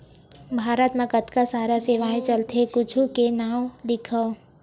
भारत मा कतका सारा सेवाएं चलथे कुछु के नाम लिखव?